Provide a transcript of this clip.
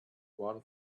one